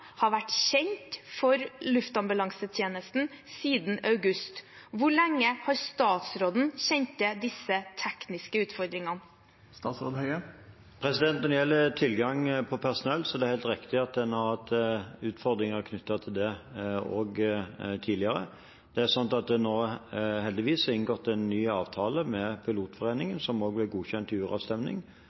har vært kjent for Luftambulansetjenesten siden august. Hvor lenge har statsråden kjent til de tekniske utfordringene? Når det gjelder tilgang på personell, er det helt riktig at en har hatt utfordringer knyttet til det også tidligere. Det er nå heldigvis inngått en ny avtale med pilotenes forening, som ble godkjent